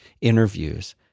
interviews